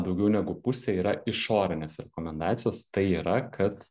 daugiau negu pusė yra išorinės rekomendacijos tai yra kad